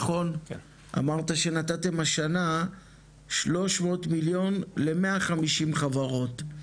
אמרת שנתתם השנה 300 מיליון ל-150 חברות,